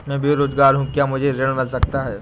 मैं बेरोजगार हूँ क्या मुझे ऋण मिल सकता है?